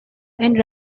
and